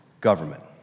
government